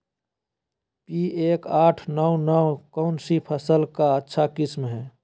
P एक आठ नौ नौ कौन सी फसल का अच्छा किस्म हैं?